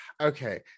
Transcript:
okay